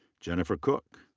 jennifer cook.